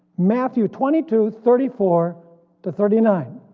matthew twenty two thirty four to thirty nine.